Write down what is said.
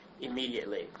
immediately